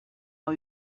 how